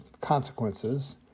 consequences